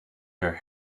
her